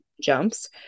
jumps